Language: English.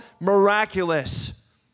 miraculous